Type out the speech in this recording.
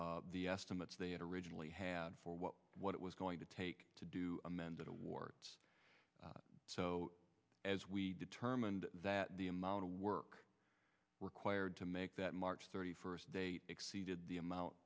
beyond the estimates they had originally had for what what it was going to take to do amended awards so as we determined that the amount of work required to make that march thirty first date exceeded the amount